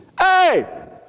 hey